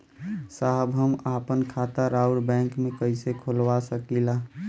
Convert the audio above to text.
साहब हम आपन खाता राउर बैंक में कैसे खोलवा सकीला?